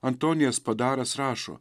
antonijas spadaras rašo